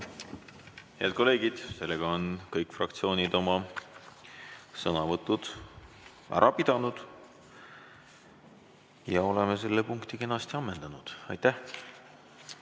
Head kolleegid, sellega on kõik fraktsioonid oma sõnavõtud ära pidanud. Oleme selle punkti kenasti ammendanud ja